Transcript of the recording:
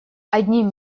один